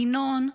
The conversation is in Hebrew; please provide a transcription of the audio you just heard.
ינון,